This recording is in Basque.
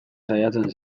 saiatzen